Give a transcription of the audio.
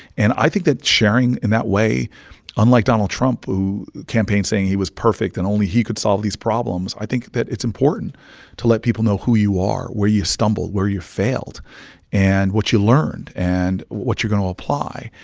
and i think that sharing in that way unlike donald trump who campaigned saying he was perfect and only he could solve these problems i think that it's important to let people know who you are, where you've stumble, where you've failed and what you learned and what you're going to apply.